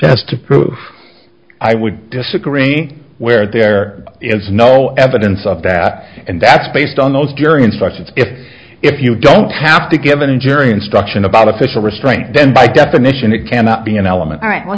has to prove i would disagree where there is no evidence of that and that's based on those jury instructions if you don't have to give an injury instruction about official restraint then by definition it cannot be an element right